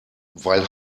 weil